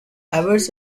awards